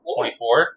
Twenty-four